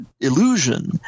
illusion